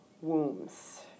wombs